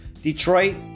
Detroit